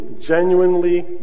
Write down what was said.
genuinely